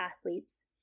athletes